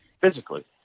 Physically